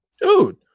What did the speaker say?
Dude